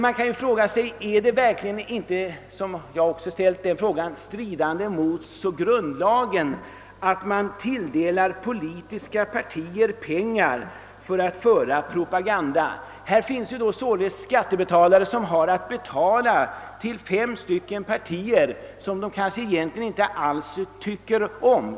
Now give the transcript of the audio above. Man kan ställa frågan, vilket jag också gjort, om det inte strider mot grundlagen att tilldela politiska partier pengar för propaganda. Det finns således skattebetalare som har att betala till fem partier som de egentligen inte alls tycker om.